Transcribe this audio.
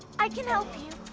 i can help you.